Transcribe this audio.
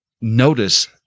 notice